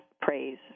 praise